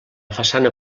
façana